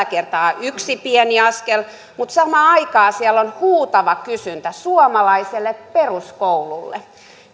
kertaa yksi pieni askel mutta samaan aikaan siellä on huutava kysyntä suomalaiselle peruskoululle